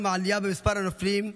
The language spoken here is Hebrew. עם העלייה במספר הנופלים,